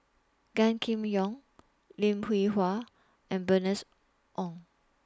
Gan Kim Yong Lim Hwee Hua and Bernice Ong